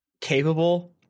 capable